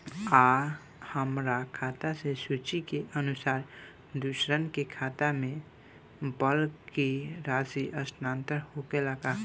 आ हमरा खाता से सूची के अनुसार दूसरन के खाता में बल्क राशि स्थानान्तर होखेला?